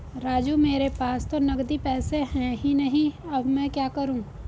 राजू मेरे पास तो नगदी पैसे है ही नहीं अब मैं क्या करूं